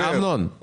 אמנון,